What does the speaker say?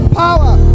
power